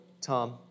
Tom